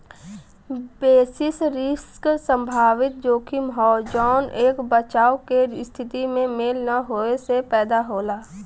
basis risk संभावित जोखिम हौ जौन एक बचाव के स्थिति में मेल न होये से पैदा होला